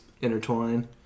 intertwine